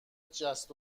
جست